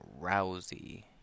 Rousey